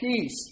peace